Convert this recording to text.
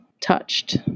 touched